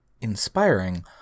inspiring